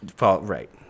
Right